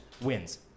wins